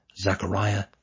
Zachariah